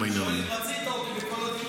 רצית אותי בכל הדיונים?